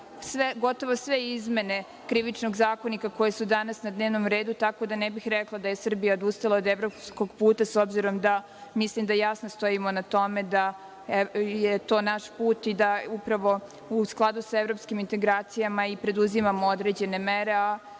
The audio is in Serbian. gotovo sve izmene Krivičnog zakonika koje su danas na dnevnom redu, tako da ne bih rekla da je Srbija odustala od evropskog puta, s obzirom da mislim da jasno stojimo na tome, da je to naš put i da upravo u skladu sa evropskim integracijama mi preduzimamo određene mere,